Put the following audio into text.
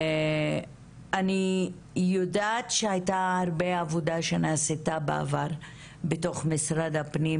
אני יודעת שהייתה הרבה עבודה שנעשתה בעבר בתוך משרד הפנים,